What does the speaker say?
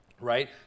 right